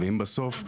ואם בסוף,